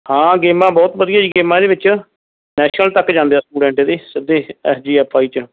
ਹਾਂ ਗੇਮਾਂ ਬਹੁਤ ਵਧੀਆ ਜੀ ਗੇਮਾਂ ਇਹਦੇ ਵਿੱਚ ਨੈਸ਼ਨਲ ਤੱਕ ਜਾਂਦੇ ਆ ਸਟੂਡੈਂਟ ਇਹਦੇ ਸਿੱਧੇ ਐਸ ਜੀ ਐਫ ਆਈ 'ਚ